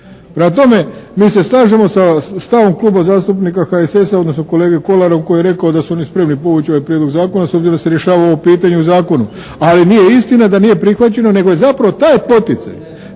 tome, mi se slažemo sa stavom Kluba zastupnika HSS-a, odnosno kolege Kolara koji je rekao da su oni spremni povući ovaj Prijedlog zakona s obzirom da se rješava ovo pitanje u Zakonu, ali nije istina da nije prihvaćeno nego je zapravo taj poticaj,